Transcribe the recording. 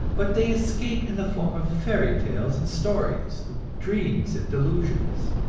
but they escape in the form of fairy-tales and stories, of dreams and delusions,